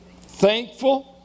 thankful